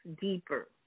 deeper